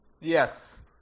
yes